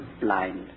blind